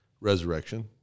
resurrection